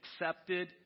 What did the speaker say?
accepted